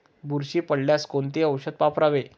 बुरशी पडल्यास कोणते औषध वापरावे?